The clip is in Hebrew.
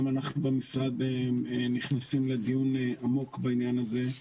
גם אנחנו במשרד נכנסים לדיון עמוק בעניין הזה,